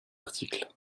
article